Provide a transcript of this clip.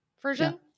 version